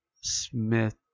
Smith